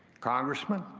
congressman,